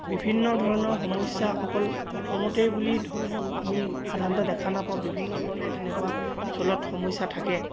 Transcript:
বিভিন্ন ধৰণৰ সমস্যা অকল অসমতেই বুলি ধৰি লওক আমি সাধাৰণতে দেখা নাপাওঁ বিভিন্ন ধৰণে তেনেকুৱা সমস্যা থাকে